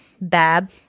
Bab